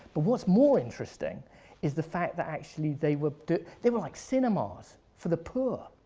but what's more interesting is the fact that actually they were they were like cinemas for the poor.